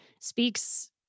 speaks